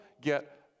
get